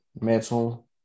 Metal